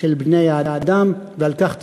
של בני-האדם, ועל כך תבורך.